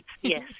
yes